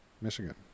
Michigan